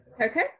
Okay